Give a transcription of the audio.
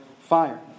fire